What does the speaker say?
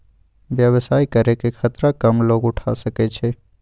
व्यवसाय करे के खतरा कम लोग उठा सकै छै